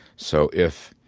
so if